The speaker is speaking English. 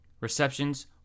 receptions